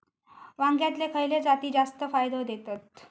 वांग्यातले खयले जाती जास्त फायदो देतत?